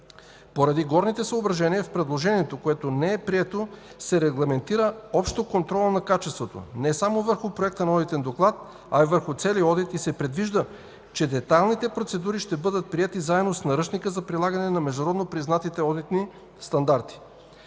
Поради горните съображения в предложението, което не е прието, се регламентира общо контролът на качеството му – не само върху проекта на одитен доклад, а и върху целия одит и се предвижда, че детайлните процедури ще бъдат приети заедно с наръчника за прилагане на международно признатите одитни стандарти.